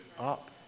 up